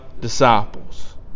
disciples